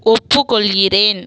ஒப்புக்கொள்கிறேன்